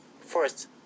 First